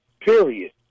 period